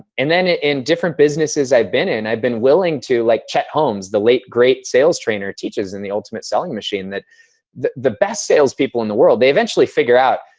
and then, in different businesses i've been in, i've been willing to, like chet holmes, the late great sales trainer, teaches in the ultimate selling machine, that the the best salespeople in the world, they eventually figure out,